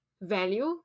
value